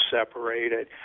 separated